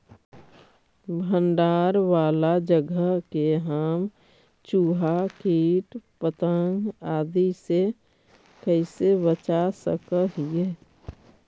भंडार वाला जगह के हम चुहा, किट पतंग, आदि से कैसे बचा सक हिय?